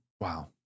Wow